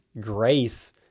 grace